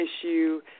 issue